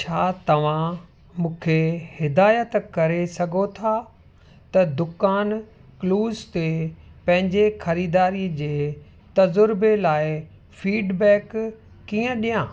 छा तव्हां मूंखे हिदायत करे सघो था त दुकान क्लूज़ ते पंहिंजे ख़रीदारी जे तज़ुर्बे लाइ फ़ीडबैक कीअं ॾियां